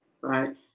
right